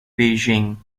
beijing